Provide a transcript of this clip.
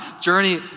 journey